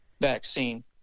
vaccine